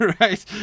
right